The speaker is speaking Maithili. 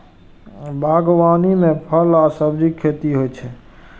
बागवानी मे फल आ सब्जीक खेती होइ छै